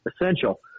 essential